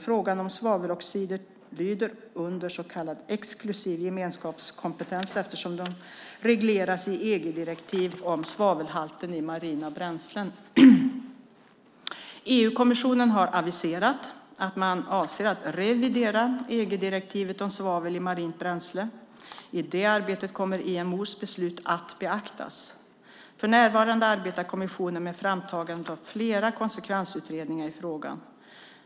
Frågan om svaveloxider lyder under så kallad exklusiv unionskompetens eftersom den regleras i EG-direktivet om svavelhalten i marina bränslen. EU-kommissionen har aviserat att de avser att revidera EG-direktivet om svavel i marint bränsle. I det arbetet kommer IMO:s beslut att beaktas. För närvarande arbetar kommissionen med framtagandet av flera konsekvensutredningar i frågan.